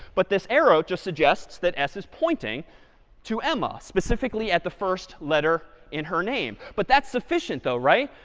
but this arrow just suggests that s is pointing to emma, specifically at the first letter in her name. but that's sufficient though, right?